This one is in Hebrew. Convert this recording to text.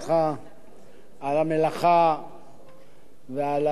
ועל היכולת שלך לעשות מעשה בלתי רגיל,